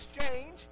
exchange